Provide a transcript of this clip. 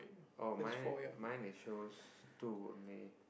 oh mine mine it shows two only